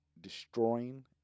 destroying